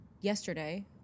yesterday